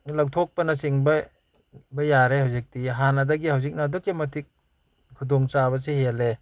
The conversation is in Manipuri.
ꯂꯧꯊꯣꯛꯄꯅꯆꯤꯡꯕ ꯌꯥꯔꯦ ꯍꯧꯖꯤꯛꯇꯤ ꯍꯥꯟꯅꯗꯒꯤ ꯍꯧꯖꯤꯛꯅ ꯑꯗꯨꯛꯀꯤ ꯃꯇꯤꯛ ꯈꯨꯗꯣꯡ ꯆꯥꯕꯁꯤ ꯍꯦꯜꯂꯦ